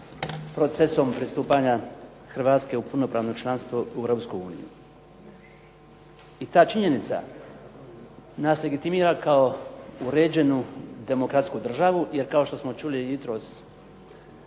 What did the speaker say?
procesom pristupanja Hrvatske u punopravno članstvo u Europsku uniju i ta činjenica nas legitimira kao uređenu demokratsku državu. Jer kao što smo čuli jutros